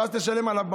ואז תשלם עליו במוסך.